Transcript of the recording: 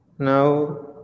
Now